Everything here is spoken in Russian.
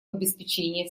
обеспечение